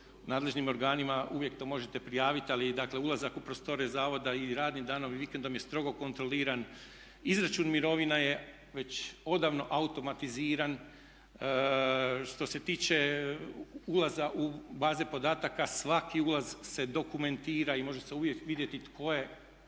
nadležnim organima uvijek to možete prijaviti, ali dakle ulazak u prostorije zavoda i radnim danom i vikendom je strogo kontroliran. Izračun mirovina je već odavno automatiziran. Što se tiče ulaza u baze podataka, svaki ulaz se dokumentira i može se uvijek vidjeti tko je